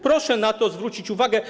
Proszę na to zwrócić uwagę.